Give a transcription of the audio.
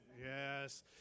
Yes